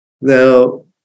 Now